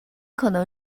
可能